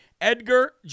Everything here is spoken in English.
Edgar